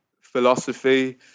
philosophy